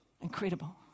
Incredible